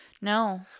No